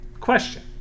Question